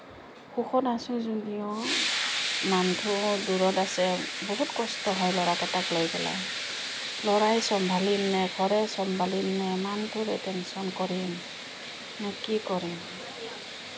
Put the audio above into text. সুখত আছোঁ যদিও মানুহটো বহুত দূৰত আছে বহুত কষ্ট হয় ল'ৰা কেইটাক লৈ পেলাই ল'ৰাই চম্ভালিম নে ঘৰেই চম্ভালিম নে মানুহটোৰে টেঞ্চন কৰিম নে কি কৰিম